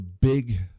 big